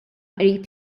qrib